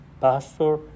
pastor